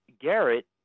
Garrett